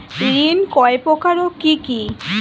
ঋণ কয় প্রকার ও কি কি?